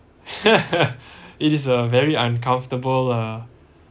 it is a very uncomfortable lah